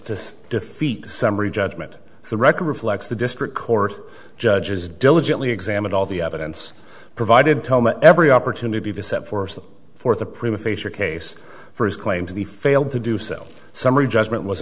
to defeat summary judgment the record reflects the district court judges diligently examined all the evidence provided tell me at every opportunity to set forth forth a prima facia case for his claim to be failed to do so summary judgment was